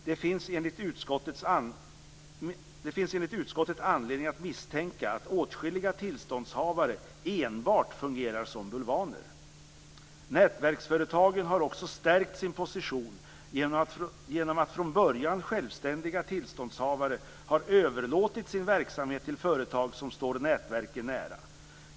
Det finns enligt utskottet anledning att misstänka att åtskilliga tillståndshavare enbart fungerar som bulvaner. Nätverksföretagen har också stärkt sin position genom att från början självständiga tillståndshavare har överlåtit sin verksamhet till företag som står nätverken nära.